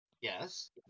Yes